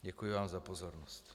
Děkuji vám za pozornost.